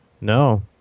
No